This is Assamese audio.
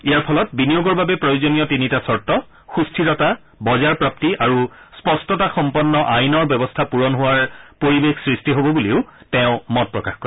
ইয়াৰ ফলত বিনিয়োগৰ বাবে প্ৰয়োজনীয় তিনিটা চৰ্ত সুস্থিৰতা বজাৰপ্ৰাপ্তি আৰু স্পষ্টতাসম্পন্ন আইনৰ ব্যৱস্থা পূৰণ হোৱাৰ পৰিৱেশ সৃষ্টি হ'ব বুলিও তেওঁ মত প্ৰকাশ কৰে